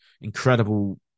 incredible